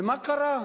ומה קרה?